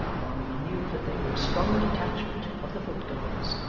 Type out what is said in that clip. barnaby knew that they were a strong detachment of the foot guards,